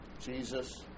Jesus